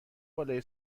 بالای